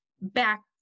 back